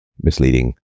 misleading